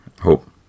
hope